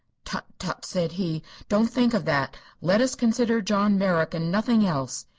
tut-tut, said he don't think of that. let us consider john merrick, and nothing else.